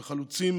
וחלוצים,